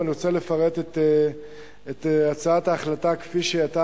אבל אני רוצה לפרט את הצעת ההחלטה כפי שהיתה